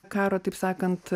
karo taip sakant